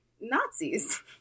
Nazis